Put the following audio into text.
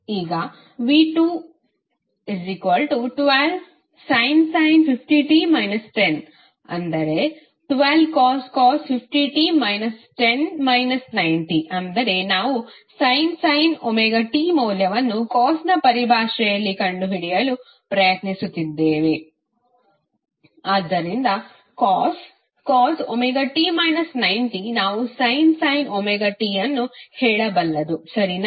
ಈಗ v212sin 50t 10 ಅಂದರೆ 12cos ಅಂದರೆ ನಾವು sin ωt ಮೌಲ್ಯವನ್ನು ಕಾಸ್ನ ಪರಿಭಾಷೆಯಲ್ಲಿ ಕಂಡುಹಿಡಿಯಲು ಪ್ರಯತ್ನಿಸುತ್ತಿದ್ದೇವೆ ಆದ್ದರಿಂದ cos ωt 90 ನಾವು sin ωt ಅನ್ನು ಹೇಳಬಲ್ಲದು ಸರಿನಾ